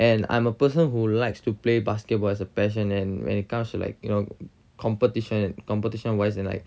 and I'm a person who likes to play basketball as a passion and when it comes to like you know competition competition wise and like